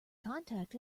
contact